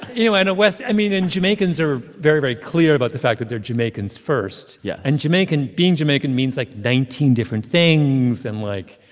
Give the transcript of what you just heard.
you know, and west i mean, and jamaicans are very, very clear about the fact that they're jamaicans first yes yeah and jamaican being jamaican means, like, nineteen different things. and, like,